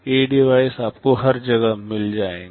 ये डिवाइस आपको हर जगह मिल जाएंगे